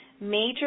Major